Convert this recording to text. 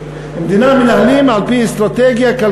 על-פי תזרים מזומנים.